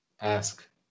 Ask